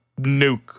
nuke